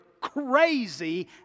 crazy